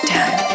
Time